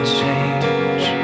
change